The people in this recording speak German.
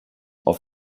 auf